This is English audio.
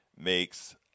makes